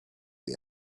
the